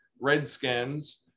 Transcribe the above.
Redskins